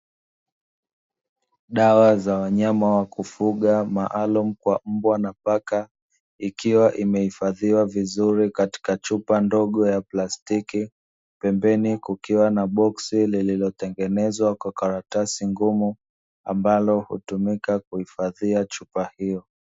Dawa za wanyama wa kufuga maalumu kwa mbwa na paka, ikiwa imehifadhiwa vizuri katika chupa ndogo ya plastiki, pembeni kukiwa na boksi lililotengenezwa kwa karatasi ngumu, ambalo utumika kuifadhia chupa hiyo.